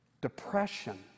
depression